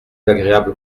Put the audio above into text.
agréable